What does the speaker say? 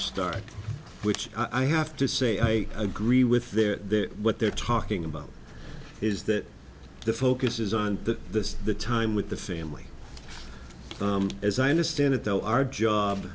start which i have to say i agree with there that what they're talking about is that the focus is on the the time with the family as i understand it though our job